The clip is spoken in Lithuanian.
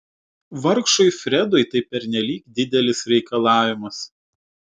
vargšui fredui tai pernelyg didelis reikalavimas